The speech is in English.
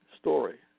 story